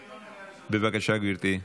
בבקשה, גברתי.